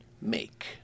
make